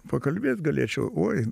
pakalbėt galėčiau oi